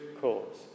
cause